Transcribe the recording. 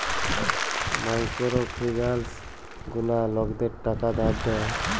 micro ফিলালস গুলা লকদের টাকা ধার দেয়